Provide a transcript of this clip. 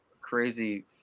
crazy